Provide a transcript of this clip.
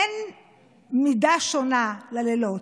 אין מידה שונה ללילות.